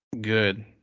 good